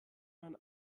man